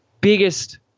biggest